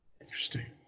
Interesting